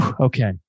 Okay